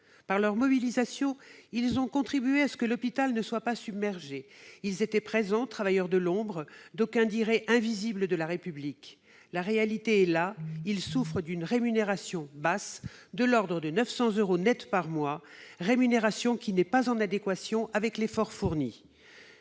Par leur mobilisation, ils ont contribué à ce que l'hôpital ne soit pas submergé. Ils étaient présents, travailleurs de l'ombre, d'aucuns diraient « invisibles de la République ». La réalité est là : ils souffrent d'une faible rémunération, de l'ordre de 900 euros nets par mois, qui n'est pas en adéquation avec l'effort qu'ils